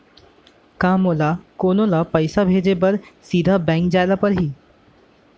का मोला कोनो ल पइसा भेजे बर सीधा बैंक जाय ला परही?